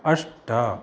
अष्ट